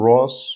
Ross